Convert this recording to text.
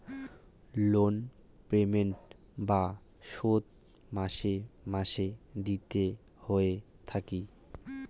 loan payment বা শোধ মাসে মাসে দিতে হই থাকি